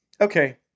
okay